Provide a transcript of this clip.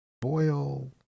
boil